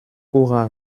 hurra